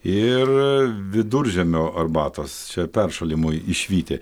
ir viduržiemio arbatos čia peršalimui išvyti